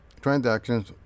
transactions